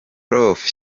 prof